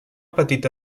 petita